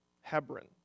Hebron